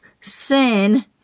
sin